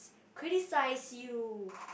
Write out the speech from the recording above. criticise you